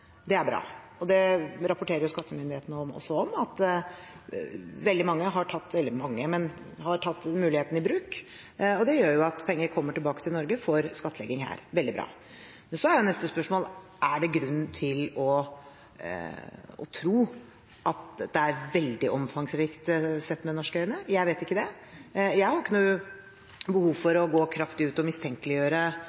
Det er bra. Skattemyndighetene rapporterer om at mange har tatt muligheten i bruk, og det gjør at penger kommer tilbake til Norge for skattlegging her. Det er veldig bra. Så er neste spørsmål: Er det grunn til å tro at dette er veldig omfangsrikt, sett med norske øyne? Jeg vet ikke. Jeg har ikke noe behov for